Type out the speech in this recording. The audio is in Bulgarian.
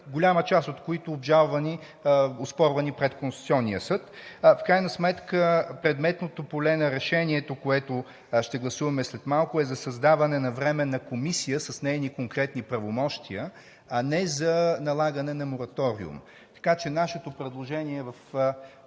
голяма част от които оспорвани пред Конституционния съд. В крайна сметка предметното поле на решението, което ще гласуваме след малко, е за създаване на Временна комисия с нейни конкретни правомощия, а не за налагане на мораториум. Така че нашето предложение е